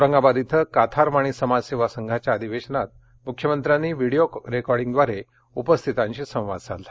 औरंगाबाद इथं काथार वाणी समाज सेवा संघाच्या अधिवेशनात मुख्यमंत्र्यांनी व्हीडियो रेकॉर्डिंगद्वारे उपस्थितांशी संवाद साधला